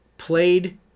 Played